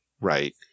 Right